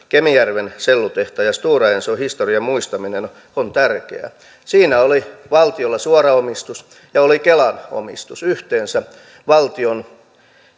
kemijärven sellutehtaan ja stora enson historian muistaminen on on tärkeää siinä oli valtiolla suora omistus ja oli kelan omistus yhteensä valtion